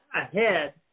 Ahead